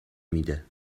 میده